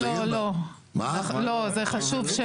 נסיים ו --- לא, לא, זה חשוב.